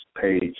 page